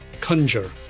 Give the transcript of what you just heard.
Conjure